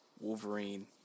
Wolverine